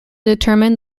determine